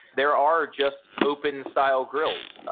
there are just open style grills.